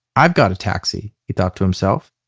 i've got a taxi he thought to himself,